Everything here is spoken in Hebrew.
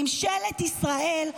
ממשלת ישראל,